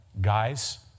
Guys